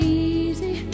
easy